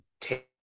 take